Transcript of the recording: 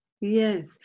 Yes